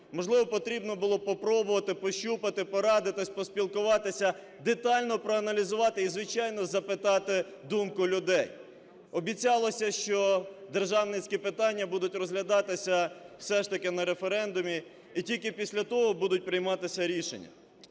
можливо потрібно було попробувати, пощупати, порадитись, поспілкуватися, детально проаналізувати і, звичайно, запитати думку людей. Обіцялося, що державницькі питання будуть розглядатися все ж таки на референдумі і тільки після того будуть прийматися рішення.